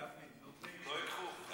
גפני, נותנים לא ייקחו?